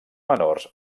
menors